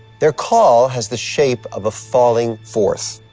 their call has the shape of a falling fourth.